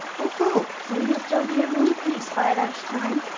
what for? so you'll still be in one piece by lunchtime.